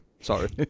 Sorry